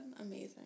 Amazing